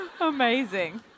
Amazing